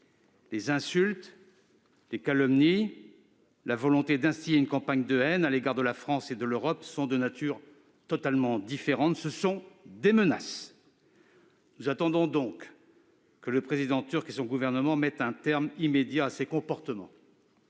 Les insultes, les calomnies, la volonté d'instiller une campagne de haine contre la France et l'Europe sont de nature totalement différente : ce sont des menaces. Nous attendons que le président turc et son gouvernement y mettent un terme immédiat. Nous ne tolérerons